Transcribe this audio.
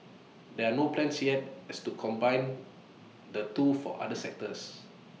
there are no plans yet as to combine the two for other sectors